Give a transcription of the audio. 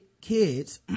kids